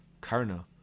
Karna